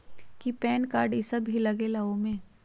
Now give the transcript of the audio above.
कि PAN card इ सब भी लगेगा वो में?